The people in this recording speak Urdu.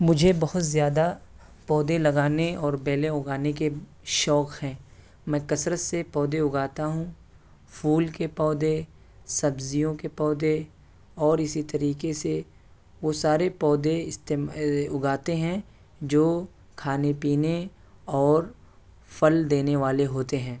مجھے بہت زیادہ پودے لگانے اور بیلیں اگانے کے شوق ہیں میں کثرت سے پودے اگاتا ہوں پھول کے پودے سبزیوں کے پودے اور اسی طریقے سے وہ سارے پودے اس ٹیم اگاتے ہیں جو کھانے پینے اور پھل دینے والے ہوتے ہیں